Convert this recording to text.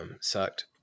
sucked